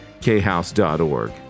khouse.org